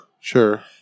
Sure